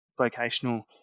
vocational